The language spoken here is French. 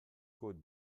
côte